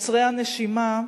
עוצרי הנשימה,